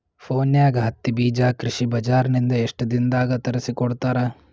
ಫೋನ್ಯಾಗ ಹತ್ತಿ ಬೀಜಾ ಕೃಷಿ ಬಜಾರ ನಿಂದ ಎಷ್ಟ ದಿನದಾಗ ತರಸಿಕೋಡತಾರ?